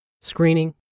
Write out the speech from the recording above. screening